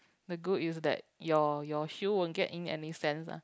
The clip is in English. the good is that your your shoe won't get in any sands lah